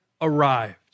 arrived